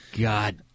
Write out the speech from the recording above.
God